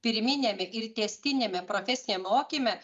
pirminiame ir tęstiniame profesiniame mokyme